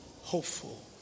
hopeful